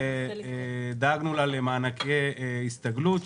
ודאגנו לה למענקי הסתגלות.